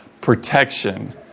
protection